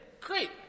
great